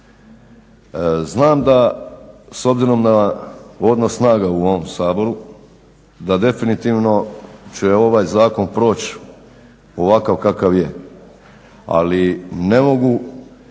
Znam da, s obzirom na odnos snaga u ovom Saboru, da definitivno će ovaj zakon proć, ovakav kakav je, ali ne mogu